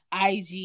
IG